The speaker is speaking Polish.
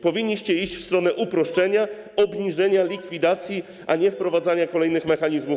Powinniście iść w stronę uproszczenia, obniżenia, likwidacji, a nie wprowadzania kolejnych mechanizmów.